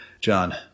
John